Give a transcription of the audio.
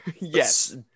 Yes